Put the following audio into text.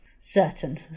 certain